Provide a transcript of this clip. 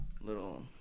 little